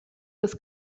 des